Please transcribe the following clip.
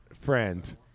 friend